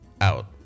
out